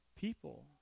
people